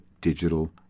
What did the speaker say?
digital